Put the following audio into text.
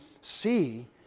see